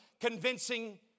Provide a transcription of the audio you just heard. convincing